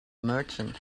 merchant